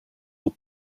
will